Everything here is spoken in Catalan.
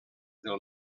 del